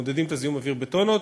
מודדים את זיהום האוויר בטונות,